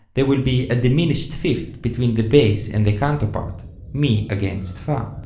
there will be a diminished fifth between the bass and the canto part mi against fa.